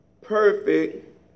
Perfect